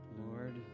Lord